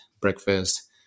breakfast